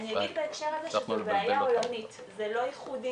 אני אגיד בהקשר הזה שזו בעיה עולמית ולא ייחודית